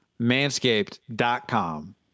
Manscaped.com